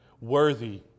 Worthy